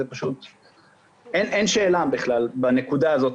אין שאלה על הנקודה הזאת.